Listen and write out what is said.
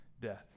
death